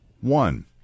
one